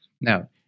Now